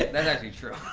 that's actually true.